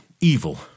evil